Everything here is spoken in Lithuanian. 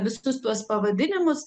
visus tuos pavadinimus